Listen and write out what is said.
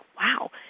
wow